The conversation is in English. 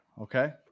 Okay